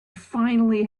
finally